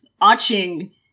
A-Ching